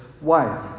wife